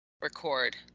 record